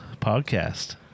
podcast